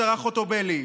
השרה חוטובלי,